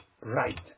right